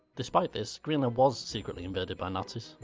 despite this, greenland was secretly invaded by nazis.